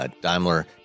Daimler